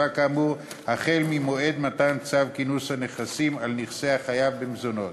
כאמור החל ממועד מתן צו כינוס על נכסי החייב במזונות.